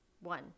one